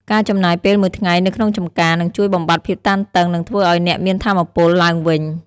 ការចំណាយពេលមួយថ្ងៃនៅក្នុងចម្ការនឹងជួយបំបាត់ភាពតានតឹងនិងធ្វើឱ្យអ្នកមានថាមពលឡើងវិញ។